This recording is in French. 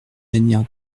manière